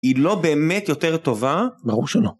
היא לא באמת יותר טובה? ברור שלא.